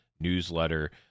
newsletter